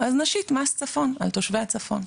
אז נשית מס צפון על תושבי הצפון".